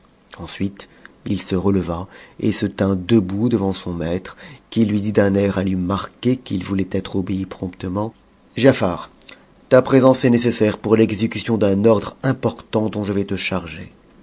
ensuite il se releva et se tint debout devant son maître qui lui dit d'un air à lui marquer qu'il voulait être obéi promptement giafar ta présence est nécessaire pour l'exécution d'un ordre important dont je vais te charger